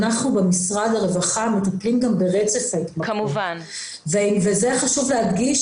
אנחנו במשרד הרווחה מטפלים ברצף ההתמכרות וזה חשוב להדגיש,